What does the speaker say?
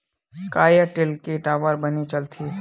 का एयरटेल के टावर बने चलथे?